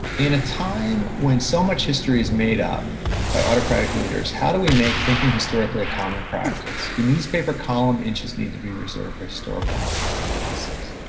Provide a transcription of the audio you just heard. in a time when so much history is made up by autocratic leaders, how do we make thinking historically a common practice? do newspaper column inches need to be reserved for historical analysis?